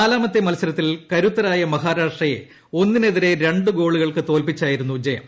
നാലാമത്തെ മത്സരത്തിൽ കരുത്തരായ മഹാരാഷ്ട്രയെ ഒന്നിനെതിരെ രണ്ടുഗോളുകൾക്ക് തോൽപ്പിച്ചായിരുന്നു ജയം